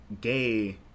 gay